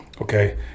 Okay